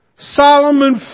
Solomon